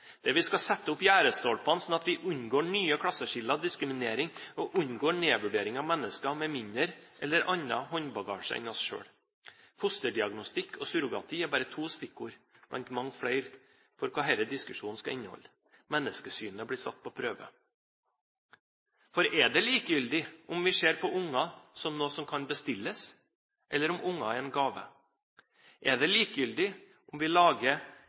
vi skal sette opp gjerdestolpene sånn at vi unngår nye klasseskiller og diskriminering og unngår nedvurdering av mennesker med mindre eller annen håndbagasje enn oss selv. Fosterdiagnostikk og surrogati er bare to stikkord blant mange flere for hva denne diskusjonen skal inneholde. Menneskesynet blir satt på prøve. For er det likegyldig om vi ser på barn som noe som kan bestilles, eller om barn er en gave? Er det likegyldig om vi lager